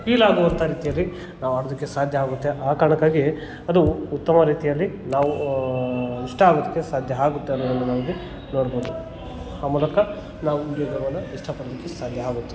ಫೀಲಾಗುವಂಥ ರೀತಿಯಲ್ಲಿ ನಾವು ಆಡೋದಕ್ಕೆ ಸಾಧ್ಯ ಆಗುತ್ತೆ ಆ ಕಾರಣಕ್ಕಾಗಿ ಅದು ಉತ್ತಮ ರೀತಿಯಲ್ಲಿ ನಾವು ಇಷ್ಟ ಆಗೋದಕ್ಕೆ ಸಾಧ್ಯ ಆಗುತ್ತೆ ಅನ್ನೋದನ್ನು ನಾವಿಲ್ಲಿ ನೋಡ್ಬೋದು ಆ ಮೂಲಕ ನಾವು ವೀಡಿಯೋ ಗೇಮನ್ನು ಇಷ್ಟಪಡೋದಕ್ಕೆ ಸಾಧ್ಯ ಆಗುತ್ತೆ